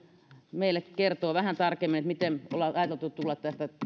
meille kertoo vähän tarkemmin miten ollaan ajateltu tulla tästä